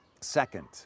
Second